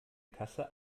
kasse